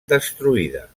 destruïda